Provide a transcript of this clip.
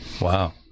Wow